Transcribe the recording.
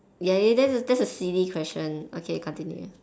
ya ya that's a that's a silly question okay continue